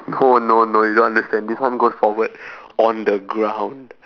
oh no no you don't understand this one goes forward on the ground